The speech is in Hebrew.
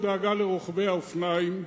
הדאגה לרוכבי האופניים,